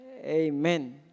Amen